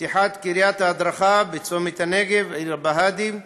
פתיחת קריית ההדרכה בצומת הנגב, עיר הבה"דים,